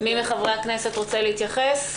מי מחברי הכנסת רוצה להתייחס?